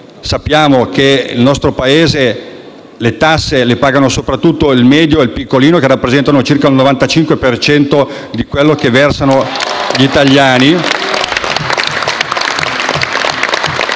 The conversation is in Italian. sappiamo che nel nostro Paese le tasse le pagano soprattutto il medio e il piccolo, che rappresentano circa il 95 per cento di quello che versano gli italiani.